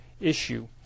issue